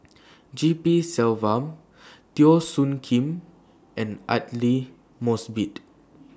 G P Selvam Teo Soon Kim and Aidli Mosbit